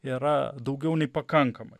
yra daugiau nei pakankamai